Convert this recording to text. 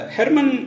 Herman